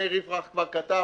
מאיר יפרח כבר כתב,